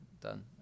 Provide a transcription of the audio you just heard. done